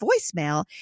voicemail